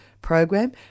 program